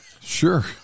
Sure